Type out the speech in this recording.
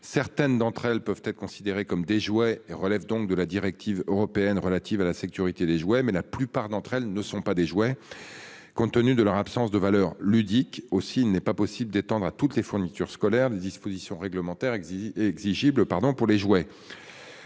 Certaines d'entre elles peuvent être considérés comme des jouets et relève donc de la directive européenne relative à la sécurité des jouets mais la plupart d'entre elles ne sont pas des jouets. Compte tenu de leur absence de valeur ludique aussi n'est pas possible d'étendre à toutes les fournitures scolaires les dispositions réglementaires exit exigible pardon pour les jouets.